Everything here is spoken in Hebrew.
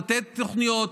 לתת תוכניות,